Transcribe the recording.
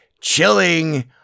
chilling